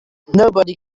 nobody